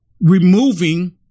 removing